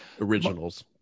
originals